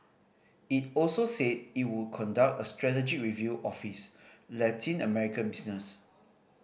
it also said it would conduct a strategy review of its Latin American business